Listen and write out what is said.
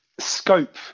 scope